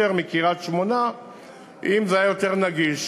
מקריית-שמונה אם זה היה יותר נגיש.